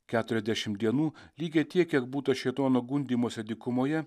keturiasdešim dienų lygiai tiek kiek būta šėtono gundymuose dykumoje